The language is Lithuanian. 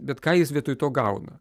bet ką jis vietoj to gauna